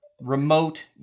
remote